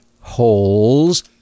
holes